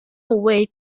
way